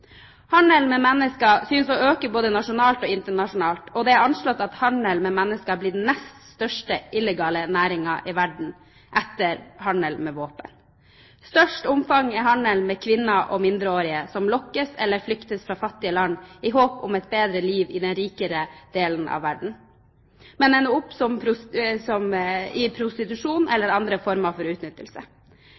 Handel med mennesker synes å øke både nasjonalt og internasjonalt, og det er anslått at handel med mennesker er blitt den nest største illegale næringen i verden – etter handel med våpen. Størst omfang har handel med kvinner og mindreårige, som lokkes eller flykter fra fattige land i håp om et bedre liv i den rikere delen av verden, men som ender opp i prostitusjon eller i andre former for utnyttelse.